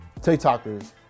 TikTokers